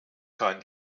kann